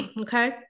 okay